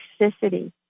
toxicity